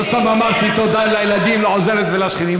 לא סתם אמרתי "תודה לילדים, לעוזרת ולשכנים".